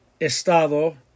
estado